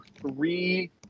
three